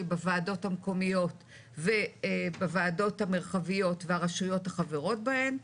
בוועדות המקומיות ובוועדות המרחביות והרשויות החברות בהן,